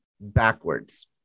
backwards